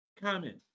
comment